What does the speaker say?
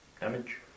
Damage